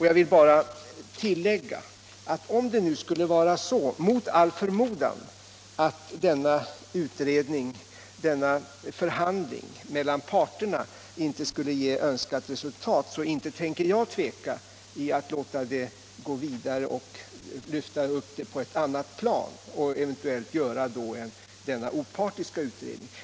Jag vill bara tillägga att jag, om det mot all förmodan skulle visa sig att utredningen och förhandlingen mellan parterna inte skulle ge önskat resultat, inte tänker tveka inför att lyfta upp frågan på ett annat plan och eventuellt göra en opartisk utredning.